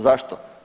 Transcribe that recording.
Zašto?